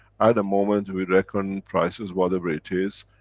at the moment we reckon prices, whatever it is,